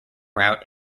route